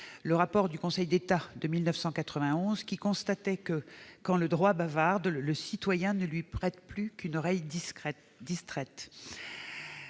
le rapport du Conseil d'État de 1991, qui constatait que, « quand le droit bavarde, le citoyen ne lui prête plus qu'une oreille distraite